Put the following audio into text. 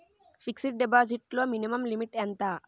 Fixed deposit లో minimum limit ఎంత?